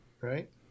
Right